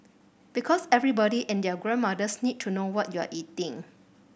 because everybody and their grandmothers need to know what you're eating